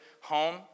home